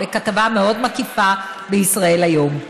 בכתבה מאוד מקיפה בישראל היום.